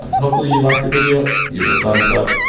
ah hopefully you liked the video. give it a thumbs up,